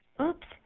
Oops